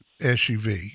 SUV